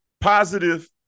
positive